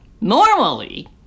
normally